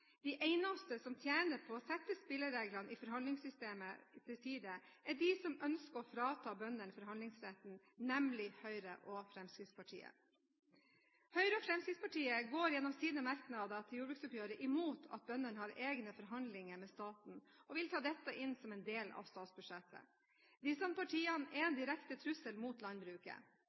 De eneste som tjener på å sette spillereglene i forhandlingssystemet til side, er de som ønsker å frata bøndene forhandlingsretten – nemlig Høyre og Fremskrittspartiet. Høyre og Fremskrittspartiet går gjennom sine merknader til jordbruksoppgjøret imot at bøndene har egne forhandlinger med staten, og vil ta dette inn som en del av statsbudsjettet. Disse partiene er en direkte trussel mot landbruket.